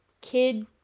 kid